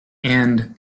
and